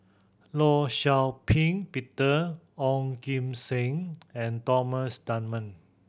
Law Shau Ping Peter Ong Kim Seng and Thomas Dunman